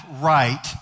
right